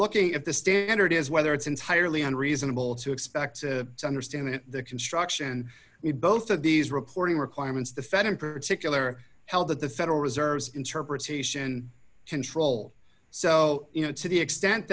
looking at the standard is whether it's entirely unreasonable to expect to understand it the construction we both of these reporting requirements the fed in particular held that the federal reserve's interpretation control so you know to the extent